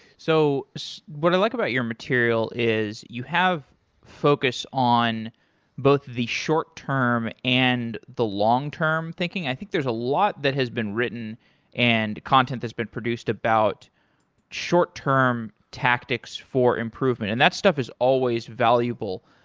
so so what i like about your material is you have focus on both the short-term and the long-term thinking. i think there's a lot that has been written and content that's been produced about short-term tactics for improvement, and that stuff is always valuable.